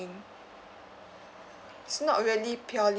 ~ing it's not really purel~